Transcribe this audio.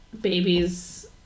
babies